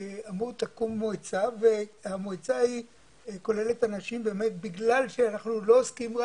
אמרו שתקום מועצה והמועצה כוללת אנשים בגלל שאנחנו לא עוסקים,